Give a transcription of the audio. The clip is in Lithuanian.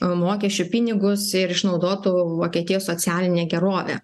mokesčių pinigus ir išnaudotų vokietijos socialinę gerovę